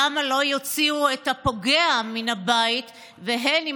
למה לא יוציאו את הפוגע מן הבית והן עם